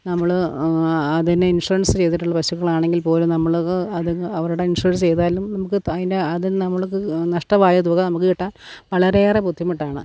നമ്മൾ അതിനെ ഇൻഷുറൻസ് ചെയ്തിട്ടുള്ള പശുക്കളാണെങ്കിൽ പോലും നമ്മൾക്ക് അതിങ്ങൾ അവരുടെ ഇൻഷുറൻസ് ചെയ്താലും നമുക്ക് അതിൻ്റെ അത് നമ്മൾക്ക് നഷ്ടമായ തുക നമുക്ക് കിട്ടാൻ വളരെയേറെ ബുദ്ധിമുട്ടാണ്